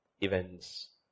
events